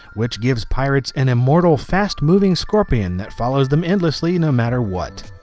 which gives pirates an immortal fast-moving scorpion that follows them endlessly no matter what.